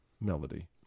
melody